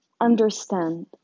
understand